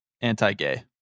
anti-gay